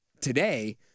today